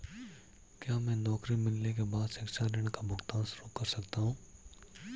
क्या मैं नौकरी मिलने के बाद शिक्षा ऋण का भुगतान शुरू कर सकता हूँ?